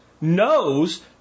knows